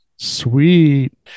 sweet